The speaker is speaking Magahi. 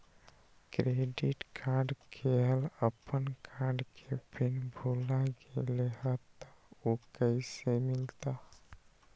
क्रेडिट कार्ड केहन अपन कार्ड के पिन भुला गेलि ह त उ कईसे मिलत?